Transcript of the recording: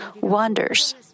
wonders